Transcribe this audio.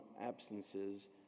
absences